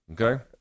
Okay